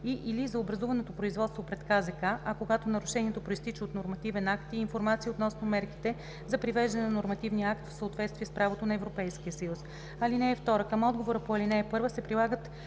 и/или за образувано производство пред КЗК, а когато нарушението произтича от нормативен акт – и информация относно мерките за привеждане на нормативния акт в съответствие с правото на Европейския съюз. (2) Към отговора по ал. 1 се прилагат